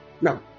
Now